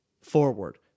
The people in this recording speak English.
forward